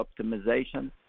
optimization